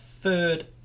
third